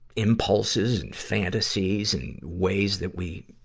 impulses and fantasies and ways that we,